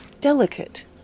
Delicate